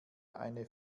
eine